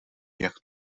jak